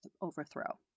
overthrow